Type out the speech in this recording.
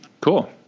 Cool